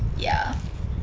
ya